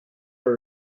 for